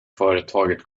företaget